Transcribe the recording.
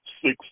six